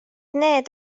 need